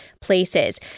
places